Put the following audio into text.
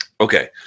Okay